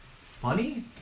funny